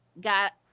got